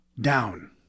Down